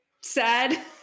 sad